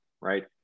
right